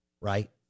Right